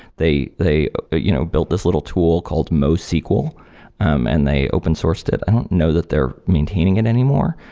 they they ah you know built this little tool called mosql um and they open sourced it. i don't know that they're maintaining it anymore,